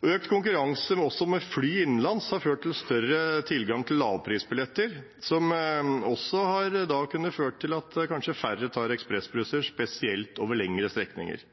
Økt konkurranse også med fly innenlands har ført til større tilgang til lavprisbilletter, som kanskje har ført til at færre tar ekspressbusser, spesielt over lengre strekninger.